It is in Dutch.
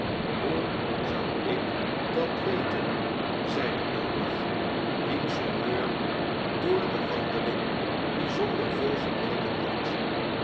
hoe zou ik dat weten zeide noach wiens humeur door de wandeling bijzonder veel geleden had